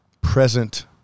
present